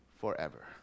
forever